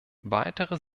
weitere